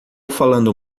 falando